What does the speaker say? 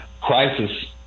crisis